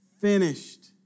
finished